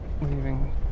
leaving